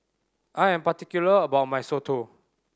I am particular about my Soto